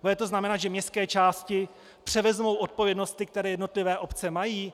Bude to znamenat, že městské části převezmou odpovědnosti, které jednotlivé obce mají?